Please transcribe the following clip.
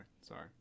sorry